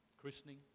christening